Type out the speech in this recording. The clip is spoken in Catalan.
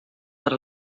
per